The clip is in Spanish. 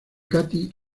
katy